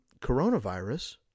coronavirus